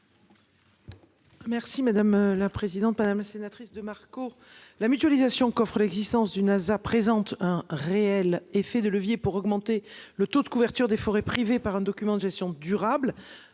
Merci madame la présidente, madame la sénatrice de marque. Pour la mutualisation coffre l'existence du Nasa présente un réel effet de levier pour augmenter le taux de couverture des forêts privées par un document de gestion durable.